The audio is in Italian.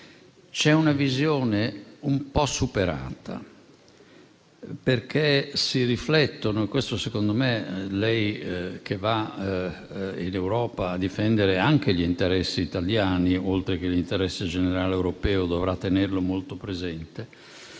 c'è una visione un po' superata, perché si riflettono molto (e questo, secondo me, lei che va in Europa a difendere anche gli interessi italiani, oltre all'interesse generale europeo, dovrà tenerlo molto presente)